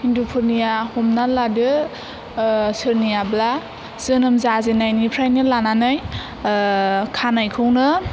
हिन्दुफोरनिया हमना लादो सोरनियाब्ला जोनोम जाजेननाय निफ्रायनो लानानै खानायखौनो